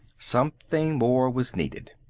something more was needed.